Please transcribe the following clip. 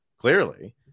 clearly